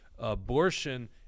abortion